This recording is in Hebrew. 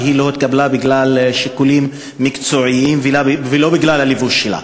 שהיא לא התקבלה בגלל שיקולים מקצועיים ולא בגלל הלבוש שלה,